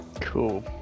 Cool